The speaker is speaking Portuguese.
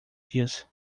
dias